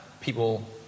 people